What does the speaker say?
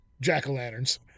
jack-o'-lanterns